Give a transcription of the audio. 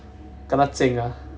kena zheng ah